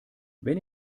wenn